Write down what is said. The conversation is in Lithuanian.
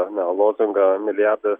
na lozungą milijardas